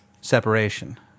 separation